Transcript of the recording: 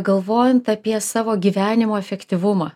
galvojant apie savo gyvenimo efektyvumą